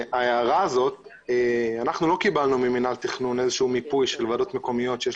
אנחנו לא קיבלנו ממינהל התכנון איזשהו מיפוי של ועדות מקומיות שיש